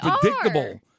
predictable